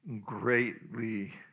greatly